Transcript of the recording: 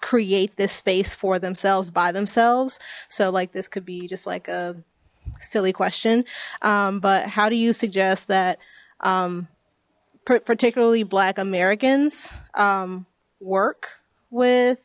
create this space for themselves by themselves so like this could be just like a silly question but how do you suggest that particularly black americans work with